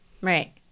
Right